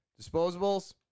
disposables